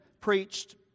preached